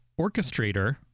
orchestrator